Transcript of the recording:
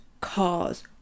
cars